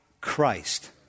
Christ